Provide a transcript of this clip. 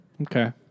Okay